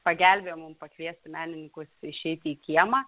pagelbėjo mum pakviesti menininkus išeiti į kiemą